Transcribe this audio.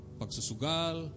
pagsusugal